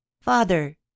Father